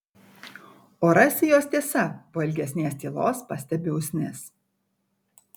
o rasi jos tiesa po ilgesnės tylos pastebi usnis